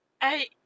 I-